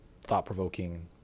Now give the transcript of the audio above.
thought-provoking